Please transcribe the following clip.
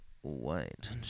white